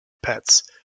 pets